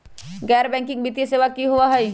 गैर बैकिंग वित्तीय सेवा की होअ हई?